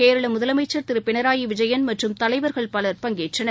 கேரளமுதலமைச்சர் திருபினராயிவிஜயன் மற்றும் தலைவர்கள் பலர் பங்கேற்றனர்